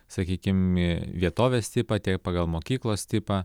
sakykim vietovės tipą tiek pagal mokyklos tipą